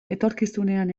etorkizunean